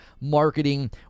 marketing